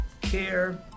care